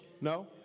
No